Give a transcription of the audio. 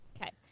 Okay